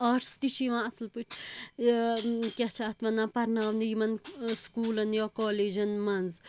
آرٹَس تہِ چھ یِوان اَصٕل پٲٹھۍ یہِ کیٛاہ چھِ اَتھ وَنان پَرناونہٕ یِمَن سکوٗلَن یا کالیجَن منٛز